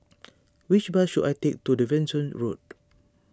which bus should I take to Devonshire Road